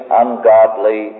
ungodly